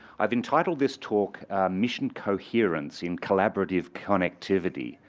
i've entitled this talk mission coherence in collaborative connectivity.